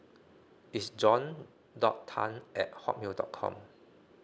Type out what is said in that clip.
it's john dot tan at hotmail dot com